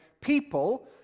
people